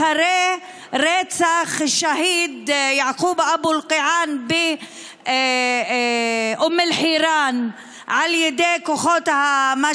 אחרי רצח השהיד יעקוב אבו אלקיעאן באום אל-חיראן על ידי כוחות הביטחון,